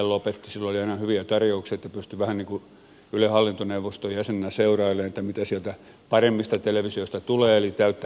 kun pystyi vähän niin kuin ylen hallintoneuvoston jäsenenä seurailemaan että mitä sieltä paremmista televisioista tulee eli täyttä roskaa